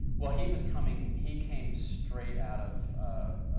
well, he was coming, he came straight out of